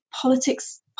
politics